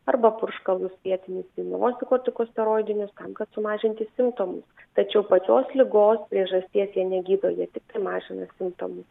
arba purškalus vietinius į nosį kortikosteroidinius tam kad sumažinti simptomus tačiau pačios ligos priežasties jie negydo jie tiktai mažina simptomus